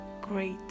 great